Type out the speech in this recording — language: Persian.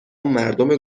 مردم